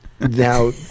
Now